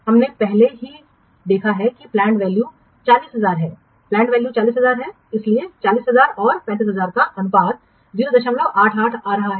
हमने पहले ही देखा है कि प्लैंड वैल्यू 40000 है प्लैंड वैल्यू 40000 है इसलिए 40000 और 35000 का अनुपात 088 आ रहा है